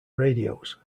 radios